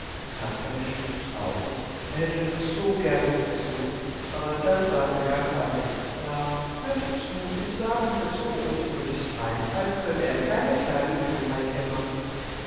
kasperle schwieg traurig er hätte doch so gern mitgesungen aber dann saß er ganz andächtig da hörte zu und sah wieder so unschuldig drein als könnte er keine kleinen dummheitle machen